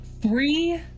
three